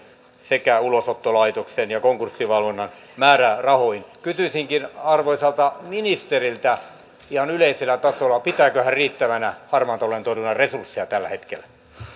sekä ulosottolaitoksen ja konkurssivalvonnan määrärahoihin kysyisinkin arvoisalta ministeriltä ihan yleisellä tasolla pitääkö hän riittävänä harmaan talouden torjunnan resursseja tällä hetkellä